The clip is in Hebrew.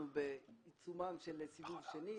אנחנו בעיצומם של סיבוב שני,